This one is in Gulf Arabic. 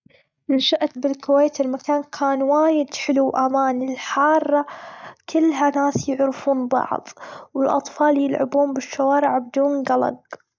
الشقة اللي بالكويت المكان كان وايد حلو، وأمان الحارة كلها ناس يعرفون بعظ، والأطفال يلعبون بالشوارع بدون جلج.